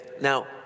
Now